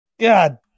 God